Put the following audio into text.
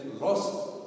lost